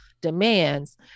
demands